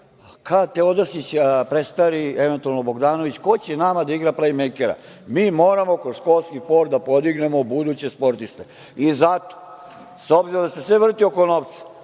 kad Teodosića prestari, eventualno Bogdanović, ko će nama da igra plejmejkera? Mi moramo kroz školski hor da podignemo buduće sportiste.I zato, s obzirom da se sve vrti oko novca,